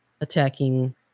attacking